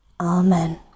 Amen